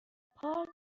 پارک